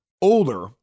older